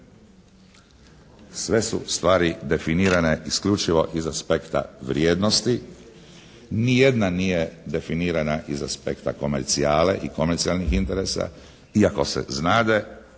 Sve su stvari definirane isključivo iz aspekta vrijednosti. Ni jedna nije definirana iz aspekta komercijale i komercijalnih interesa iako se znade